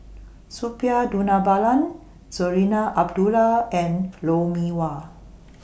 Suppiah Dhanabalan Zarinah Abdullah and Lou Mee Wah